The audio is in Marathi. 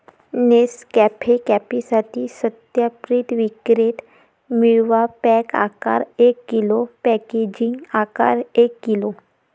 नेसकॅफे कॉफीसाठी सत्यापित विक्रेते मिळवा, पॅक आकार एक किलो, पॅकेजिंग आकार एक किलो